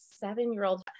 seven-year-old